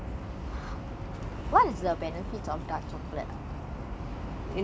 ஒடம்புக்கு மட்டு இல்ல வாய்க்கும் ரொம்ப நல்லா இருக்கும்:odambukku mattu illa vaaikkum romba nalla irukkum